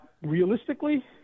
Realistically